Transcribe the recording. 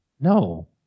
No